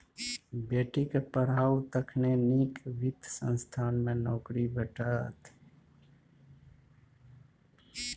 बेटीक पढ़ाउ तखने नीक वित्त संस्थान मे नौकरी भेटत